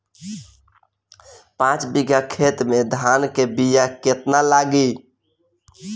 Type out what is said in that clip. पाँच बिगहा खेत में धान के बिया केतना लागी?